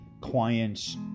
clients